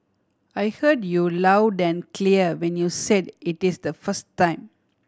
I heard you loud and clear when you said it is the first time